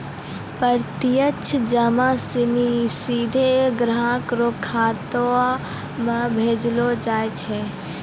प्रत्यक्ष जमा सिनी सीधे ग्राहक रो खातो म भेजलो जाय छै